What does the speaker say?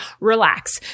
relax